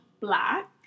black